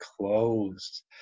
closed